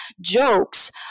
jokes